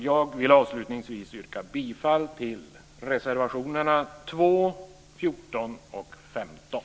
Jag vill avslutningsvis yrka bifall till reservationerna 2, 14 och 15.